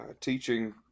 teaching